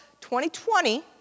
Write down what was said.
2020